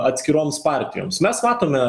atskiroms partijoms mes matome